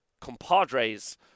compadres